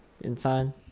inside